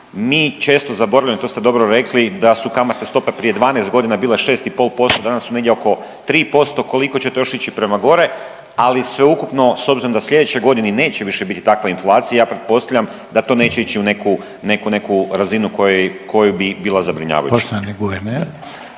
Mi često zaboravljamo, to ste dobro rekli, da su kamatne stope prije 12.g. bile 6,5%, danas su negdje oko 3%, koliko će to još ići prema gore, ali sveukupno s obzirom da u slijedećoj godini neće više biti takva inflacija ja pretpostavljam da to neće ići u neku, neku, neku razinu koja, koja bi bila zabrinjavajuća.